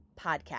Podcast